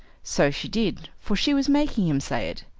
so she did, for she was making him say it.